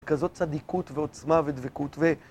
כזאת צדיקות, ועוצמה, ודבקות, ו...